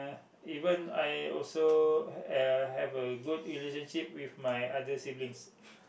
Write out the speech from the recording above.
even I also uh have a good relationship with my other siblings